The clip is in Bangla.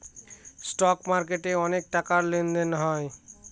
স্টক মার্কেটে অনেক টাকার লেনদেন হয়